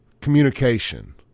communication